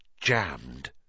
jammed